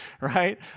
right